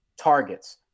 targets